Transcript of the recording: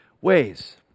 ways